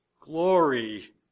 glory